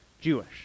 Jewish